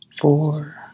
Four